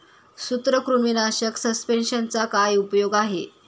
सूत्रकृमीनाशक सस्पेंशनचा काय उपयोग आहे?